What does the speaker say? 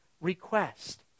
request